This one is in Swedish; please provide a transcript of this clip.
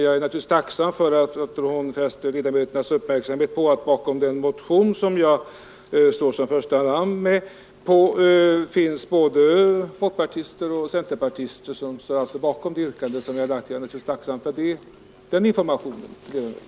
Jag är emellertid tacksam för att fru Hörnlund nu fäste ledamöternas uppmärksamhet på att det bland undertecknarna av den motion där jag står som första namn finns med både folkpartister och centerpartister. De har alltså ställt sig bakom yrkandet i motionen. Jag är tacksam för den informationen till ledamöterna.